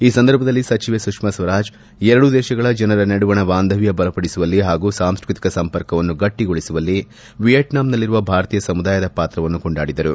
ಈ ಸಂದರ್ಭದಲ್ಲಿ ಸಚಿವೆ ಸುಷ್ನಾ ಸ್ವರಾಜ್ ಎರಡೂ ದೇಶಗಳ ಜನರ ನಡುವಣ ಬಾಂಧವ್ಲ ಬಲಪಡಿಸುವಲ್ಲಿ ಹಾಗೂ ಸಾಂಸ್ಟತಿಕ ಸಂಪರ್ಕವನ್ನು ಗಟ್ಟಿಗೊಳಿಸುವಲ್ಲಿ ವಿಯೆಟ್ನಾಂನಲ್ಲಿರುವ ಭಾರತೀಯ ಸಮುದಾಯದ ಪಾತ್ರವನ್ನು ಕೊಂಡಾಡಿದರು